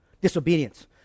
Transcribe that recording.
Disobedience